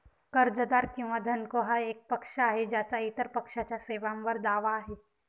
कर्जदार किंवा धनको हा एक पक्ष आहे ज्याचा इतर पक्षाच्या सेवांवर दावा आहे